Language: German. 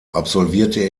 absolvierte